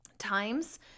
times